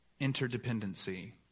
interdependency